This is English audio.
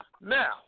now